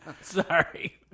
Sorry